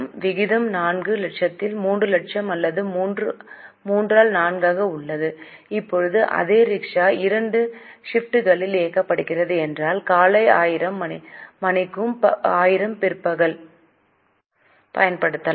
விகிதம் 4 லட்சத்தில் 3 லட்சம் அல்லது 3 ஆல் 4 ஆக உள்ளது இப்போது அதே ரிக்ஷா 2 ஷிப்டுகளில் இயக்கப்படுகிறது என்றால் காலை 1000 மணிக்கு 1000 பிற்பகளிலும் பயன்படுத்தலாம்